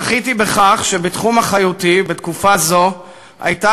זכיתי בכך שבתחום אחריותי בתקופה זאת הייתה